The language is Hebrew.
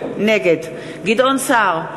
נגד גדעון סער,